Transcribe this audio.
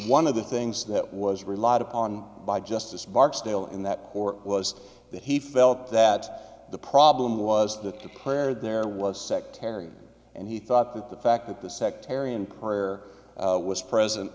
one of the things that was relied upon by justice barksdale in that or was that he felt that the problem was that the prayer there was sectarian and he thought that the fact that the sectarian prayer was present